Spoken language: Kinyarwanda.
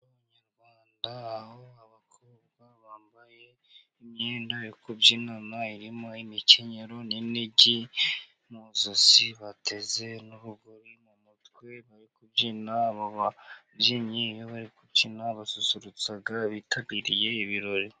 Inyarwanda aho abakobwa bambaye imyenda yo kubyinyina irimo imikenyero n'inigi mu ijosi, bateze n'urugori mu mutwe bari kubyina ababyinnyi bari kubyina basusurutsa abitabiriye ibirori.